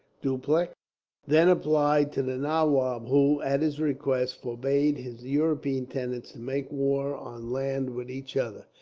dupleix then applied to the nawab who, at his request, forbade his european tenants to make war on land with each other,